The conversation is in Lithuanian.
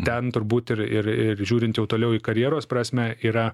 ten turbūt ir ir ir žiūrint jau toliau į karjeros prasmę yra